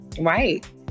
Right